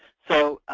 so,